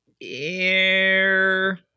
air